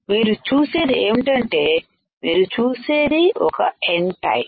మీరు చూసేది ఏంటంటే మీరు చూసేది ఒకNటైపు